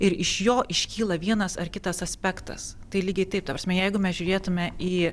ir iš jo iškyla vienas ar kitas aspektas tai lygiai taip ta prasme jeigu mes žiūrėtume į